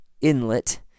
inlet